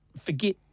forget